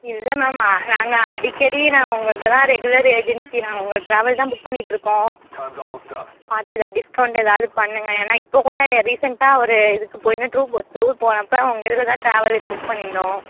இல்லை மேம் நாங்கள் அடிக்கடி நாங்கள் உங்கள்கிட்ட தான் ரெகுலர் ஏஜென்சி நாங்கள் உங்கள் டிராவல் தான் புக் பண்ணிகிட்ருக்கோம் பார்த்து எதாவது டிஸ்கௌண்ட்டு எதாவது பண்ணுங்க ஏன்னால் இப்போ கூட ரீசெண்டாக ஒரு இதுக்கு போயிருந்தோம் ட்ரு போ டூர் போனப்போ உங்கள் இதில் தான் டிராவல் இப்போ புக் பண்ணியிருந்தோம்